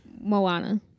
Moana